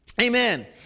Amen